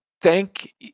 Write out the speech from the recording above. thank